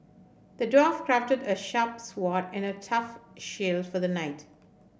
the dwarf crafted a sharp sword and a tough shield for the knight